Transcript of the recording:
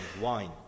wine